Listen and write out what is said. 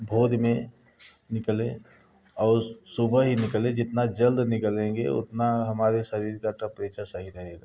भोर में निकलें औल सुबह ही निकले जितना जल्द निकलेंगे उतना हमारे शरीर का तंप्रेचर सही रहेगा